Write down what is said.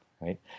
right